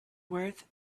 worth